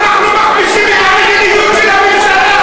אנחנו מכפישים את המדיניות של הממשלה.